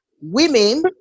women